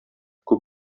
күп